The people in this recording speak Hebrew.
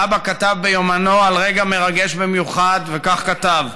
אבא כתב ביומנו על רגע מרגש במיוחד, וכך כתב: